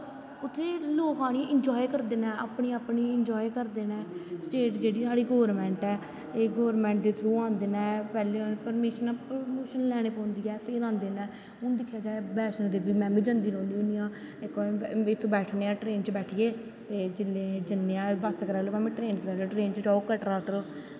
उत्थै लोग आनियै इंजाए करदे न अपने अपने इंजाय करदे न स्टेट साढ़ी जेह्ड़ी गौरमैंट ऐ एह् गौरमैंट दे थ्रू आंदे न पैह्ले परमिशनां परमुशन लैनी पौंदी ऐ फिर आंदे न हून दिक्खेआ जाए बैष्णो देवी में बी जंदी रौंह्दी होन्नी आं इक बैठियै ट्रेन च बैठिये ते जिसलै जन्ने आं आं दस किलो मीटर जाओ ट्रेन च कटरा